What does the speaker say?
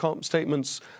statements